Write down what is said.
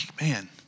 Man